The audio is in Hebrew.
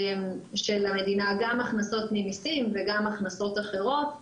גם הכנסות ממסים וגם הכנסות אחרות,